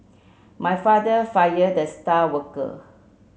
my father fired the star worker